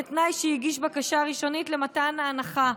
בתנאי שיגיש בקשה ראשונית למתן ההנחה,